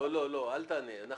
לא, אל תענה על זה.